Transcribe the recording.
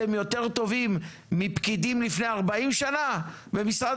אתם יותר טובים מפקידים לפני 40 שנה במשרד